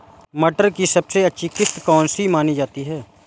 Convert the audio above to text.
मटर की सबसे अच्छी किश्त कौन सी मानी जाती है?